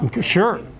Sure